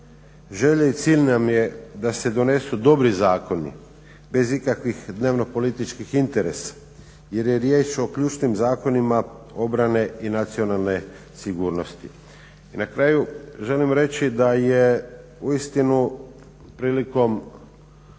Želja i cilj nam je da se donesu dobri zakoni, bez ikakvih dnevnopolitičkih interesa jer je riječ o ključnim zakonima obrane i nacionalne sigurnosti. I na kraju želim reći da je uistinu prilikom